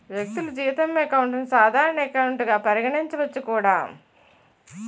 వ్యక్తులు జీతం అకౌంట్ ని సాధారణ ఎకౌంట్ గా పరిగణించవచ్చు కూడా